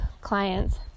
clients